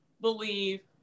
believe